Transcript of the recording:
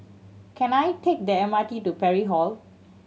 can I take the M R T to Parry Hall